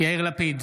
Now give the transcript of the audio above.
יאיר לפיד,